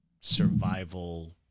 survival